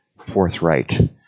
forthright